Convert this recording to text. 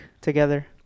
together